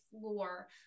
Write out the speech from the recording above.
floor